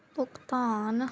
ਭੁਗਤਾਨ